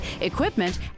equipment